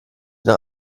nach